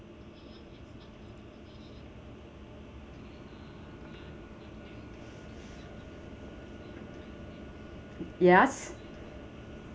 yes